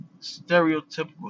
stereotypical